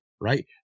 right